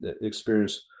experience